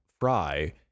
Fry